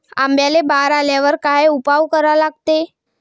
आंब्याले बार आल्यावर काय उपाव करा लागते?